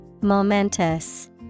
Momentous